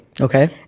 Okay